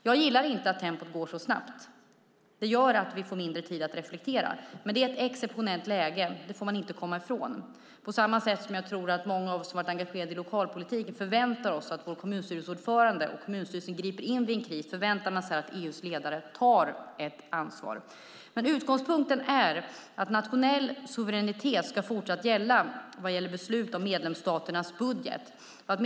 Jag gillar inte att tempot är så högt. Det gör att vi får mindre tid att reflektera. Men det är ett exceptionellt läge. Precis som många av oss som har varit engagerade i lokalpolitiken förväntar oss att vår kommunstyrelseordförande och kommunstyrelsen ska ingripa vid kris förväntar vi oss att EU:s ledare tar ansvar. Utgångspunkten är att nationell suveränitet fortsatt ska gälla i fråga om beslut om medlemsstaternas budgetar.